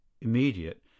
immediate